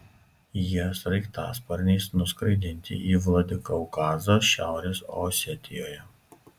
jie sraigtasparniais nuskraidinti į vladikaukazą šiaurės osetijoje